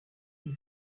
and